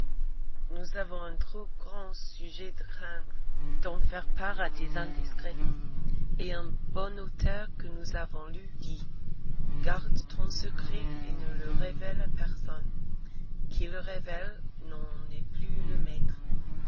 nous avons un trop grand sujet de craindre d'en faire part à des indiscrets et un bon auteur que nous avons lu dit garde ton secret et ne le révèle à personne qui le révèle n'en est plus le maître